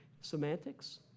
Semantics